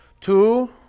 Two